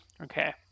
Okay